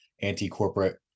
anti-corporate